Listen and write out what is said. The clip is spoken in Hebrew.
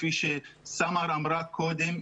כפי שסמר קודחה אמרה קודם,